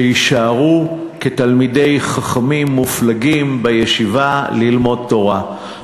שיישארו כתלמידי חכמים מופלגים בישיבה ללמוד תורה.